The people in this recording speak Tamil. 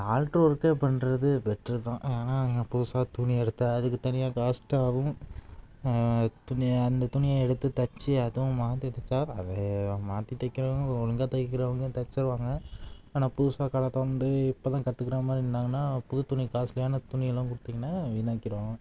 ஆல்ட்ரு ஒர்க்கே பண்ணுறது பெட்ரு தான் ஏனால் நீங்கள் புதுசாக துணி எடுத்து அதுக்கு தனியாக காஸ்ட்டாகும் துணியை அந்த துணியை எடுத்து தச்சு அதுவும் மாற்றி தைச்சா அதை மாற்றி தைக்கிறவுங்க ஒழுங்கா தைக்கிறவங்க தைச்சிருவாங்க ஆனால் புதுசாக கடை திறந்து இப்போ தான் கற்றுக்கிற மாதிரி இருந்தாங்கன்னால் புது துணி காஸ்ட்லியான துணியெல்லாம் கொடுத்தீங்கன்னா வீணாக்கிடுவாங்க